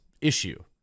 issue